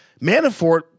Manafort